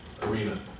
arena